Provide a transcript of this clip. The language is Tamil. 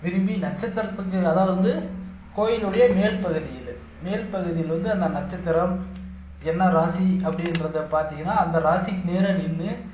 விரும்பி நட்சத்திரத்துக்கு அதாவது வந்து கோயிலினுடைய மேல் பகுதி இது மேல் பகுதியில் வந்து அந்த நட்சத்திரம் என்ன ராசி அப்படின்றத பார்த்திங்கன்னா அந்த ராசிக்கு நேராக நின்று